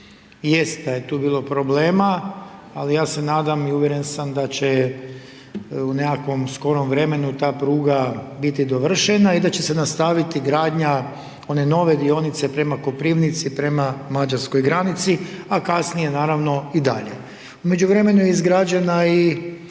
jest da je tu bilo problema, ali ja se nadam i uvjeren sam da će u nekakvom skorom vremenu ta pruga biti dovršena i da će se nastaviti gradnja one nove dionice prema Koprivnici, prema mađarskoj granici, a kasnije, naravno i dalje. U međuvremenu je izgrađena i